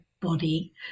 body